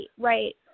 right